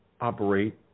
operate